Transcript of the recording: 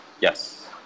Yes